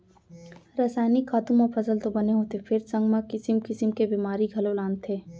रसायनिक खातू म फसल तो बने होथे फेर संग म किसिम किसिम के बेमारी घलौ लानथे